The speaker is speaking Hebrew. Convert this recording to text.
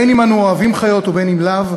בין שאנו אוהבים חיות ובין שלא,